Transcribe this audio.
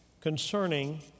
concerning